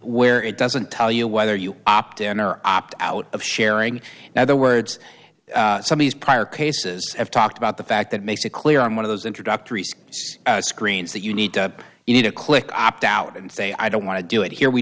where it doesn't tell you whether you opt in or opt out of sharing now the words some of these prior cases have talked about the fact that makes it clear on one of those introductory screens that you need to you need to click opt out and say i don't want to do it here we